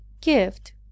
gift